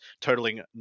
totaling